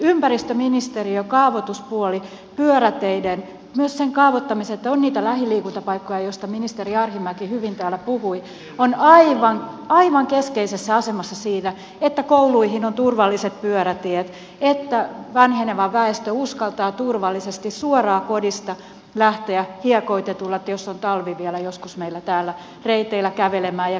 ympäristöministeriö kaavoituspuoli pyöräteiden kaavoittaminen myös se kaavoittaminen että on niitä lähiliikuntapaikkoja joista ministeri arhinmäki hyvin täällä puhui ovat aivan keskeisessä asemassa siinä että kouluihin on turvalliset pyörätiet että vanheneva väestö uskaltaa turvallisesti suoraan kodista lähteä hiekoitetuilla reiteillä jos on talvi vielä joskus meillä täällä kävelemään ja kesällä muuten